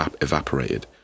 evaporated